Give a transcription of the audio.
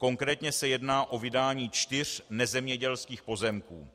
Konkrétně se jedná o vydání čtyř nezemědělských pozemků.